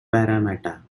parramatta